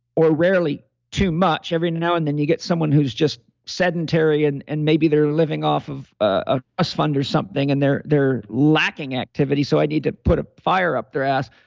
or rarely too much. every and now and then you get someone who's just sedentary and and maybe they're living off of ah fund or something, and they're they're lacking activity. so i need to put a fire up their ass.